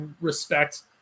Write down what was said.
respect